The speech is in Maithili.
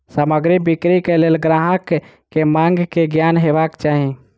सामग्री बिक्री के लेल ग्राहक के मांग के ज्ञान हेबाक चाही